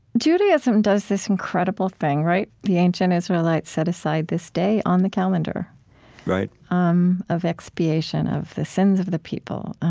judaism does this incredible thing, right? the ancient israelites set aside this day on the calendar right um of expiation, of the sins of the people.